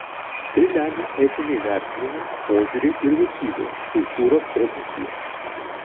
tai lemia etiniai vertinimai požiūriai ir vertybės kultūros tradicijos